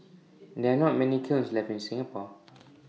there are not many kilns left in Singapore